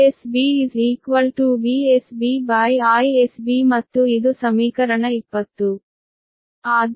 ZsB VsBIsB ಮತ್ತು ಇದು ಸಮೀಕರಣ 20